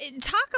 talk